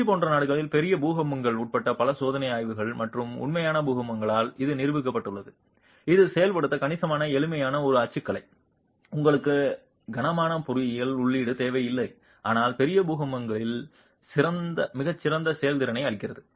Chile போன்ற நாடுகளில் பெரிய பூகம்பங்கள் உட்பட பல சோதனை ஆய்வுகள் மற்றும் உண்மையான பூகம்பங்களால் இது நிரூபிக்கப்பட்டுள்ளது இது செயல்படுத்த கணிசமாக எளிமையான ஒரு அச்சுக்கலை உங்களுக்கு கனமான பொறியியல் உள்ளீடு தேவையில்லை ஆனால் பெரிய பூகம்பங்களில் மிகச் சிறந்த செயல்திறனை அளிக்கிறது